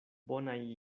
bonaj